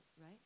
right